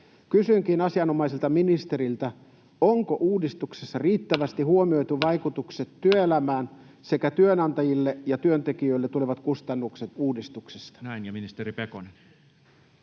Kysynkin asianomaiselta ministeriltä: onko uudistuksessa riittävästi huomioitu vaikutukset työelämään sekä työnantajille ja työntekijöille tulevat kustannukset uudistuksesta? Ministeri Pekonen.